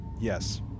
Yes